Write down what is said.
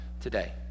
today